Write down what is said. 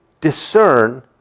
discern